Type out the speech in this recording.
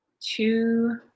two